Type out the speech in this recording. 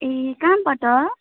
ए कहाँबाट